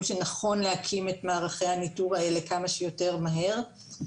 שנכון להקים את מערכי הניטור האלה כמה שיותר מהר.